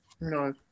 no